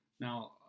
Now